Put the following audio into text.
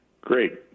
Great